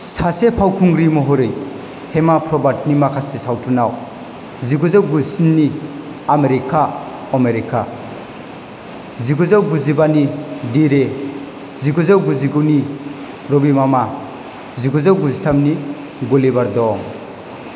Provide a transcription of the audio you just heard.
सासे फावखुंग्रि महरै हेमा प्रभातनि माखासे सावथुनआव जिगुजौ गुजिस्नि आमेरिका अमेरिका जिगुजौ गुजिबानि डिरे जिगुजौ गुजिगुनि रबिमामा जिगुजौ गुजिथामनि ग'लिबार दं